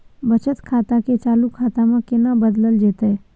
बचत खाता के चालू खाता में केना बदलल जेतै?